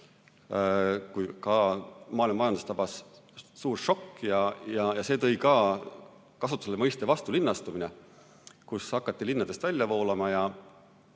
maailma majandust tabas suur šokk. See tõi ka kasutusele termini "vastulinnastumine", siis hakati linnadest välja voolama,